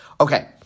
Okay